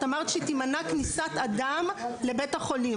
את אמרת שתימנע כניסת אדם לבית החולים.